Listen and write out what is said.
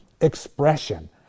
expression